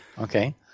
okay